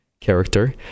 character